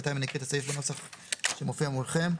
בנתיים אני אקריא את הסעיף בנוסח שמופיע מולכם.